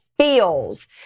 feels